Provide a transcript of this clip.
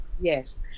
Yes